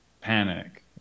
panic